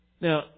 Now